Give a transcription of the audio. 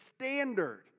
standard